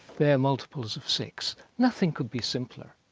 they're multiples of six. nothing could be simpler.